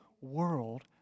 world